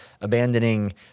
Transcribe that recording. abandoning